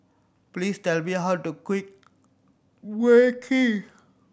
please tell me how to Mui Kee